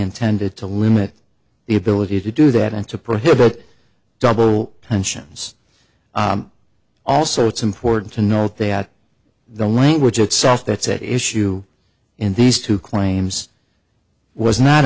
intended to limit the ability to do that and to prohibit double pensions also it's important to note that the language itself that's at issue in these two claims was not